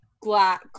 glass